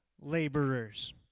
laborers